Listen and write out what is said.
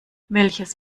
welches